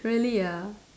really ah